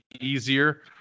easier